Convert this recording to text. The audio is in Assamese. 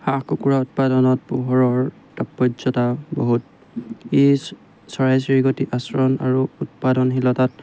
হাঁহ কুকুৰা উৎপাদনত পোহৰৰ তাৎপৰ্যতা বহুত এই চৰাই চিৰিকতি আশ্ৰণ আৰু উৎপাদনশীলতাত